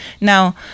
Now